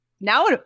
now